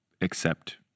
accept